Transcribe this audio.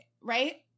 Right